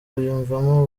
biyumvamo